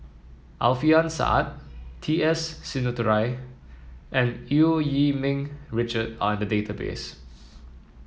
Alfian Sa'at T S Sinnathuray and Eu Yee Ming Richard are in the database